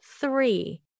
three